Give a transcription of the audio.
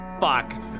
fuck